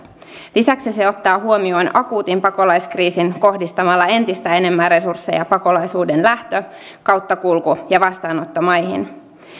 lisäksi se ottaa huomioon akuutin pakolaiskriisin kohdistamalla entistä enemmän resursseja pakolaisuuden lähtö kauttakulku ja vastaanottomaihin